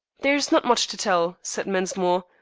there is not much to tell, said mensmore,